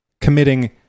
committing